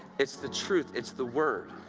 it's the truth, it's the word.